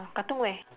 katong where